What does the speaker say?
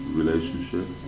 relationship